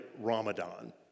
Ramadan